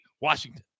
Washington